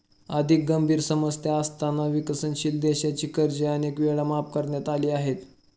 अधिक गंभीर समस्या असताना विकसनशील देशांची कर्जे अनेक वेळा माफ करण्यात आली आहेत